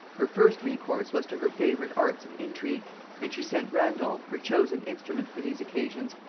her first recourse was to her favorite arts of intrigue and she sent randolph, her chosen instrument for these occasions,